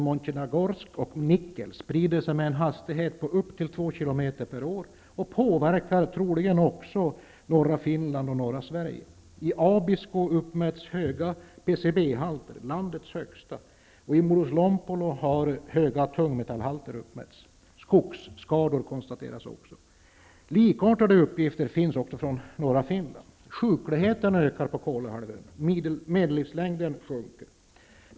Montjenegorsk och Nikel sprider sig med en hastighet på upp till 2 km per år, och troligen påverkar dessa utsläpp också norra Sverige och norra Finland. I Abisko har uppmätts mycket höga PCB-halter, landets högsta, och i Moudoslompolo mycket höga halter av tungmetaller. Skogsskador konstateras också. Likartade uppgifter finns från norra Finland. Sjukligheten ökar på Kolahalvön. Medellivslängden sjunker.